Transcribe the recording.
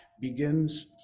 begins